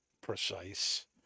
precise